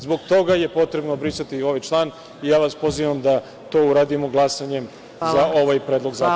Zbog toga je potrebno brisati ovaj član i ja vas pozivam da to uradimo glasanjem za ovaj predlog zakona.